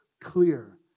clear